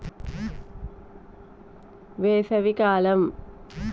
బతుకమ్మ రకం ఏ కాలం లో వేస్తే మంచిగా ఉంటది?